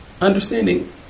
understanding